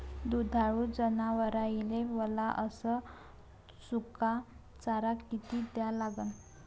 दुधाळू जनावराइले वला अस सुका चारा किती द्या लागन?